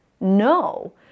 No